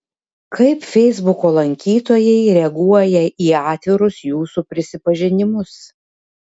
kaip feisbuko lankytojai reaguoja į atvirus jūsų prisipažinimus